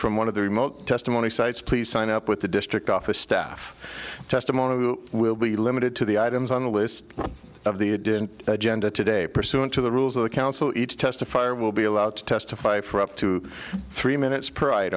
from one of the remote testimony sites please sign up with the district office staff testimony who will be limited to the items on the list of the it didn't agenda today pursuant to the rules of the counsel each testify or will be allowed to testify for up to three minutes p